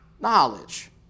knowledge